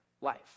life